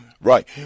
Right